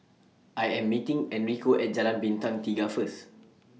I Am meeting Enrico At Jalan Bintang Tiga First